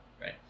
right